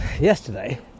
Yesterday